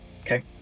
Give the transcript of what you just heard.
Okay